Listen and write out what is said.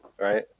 right